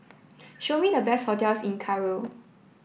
show me the best hotels in Cairo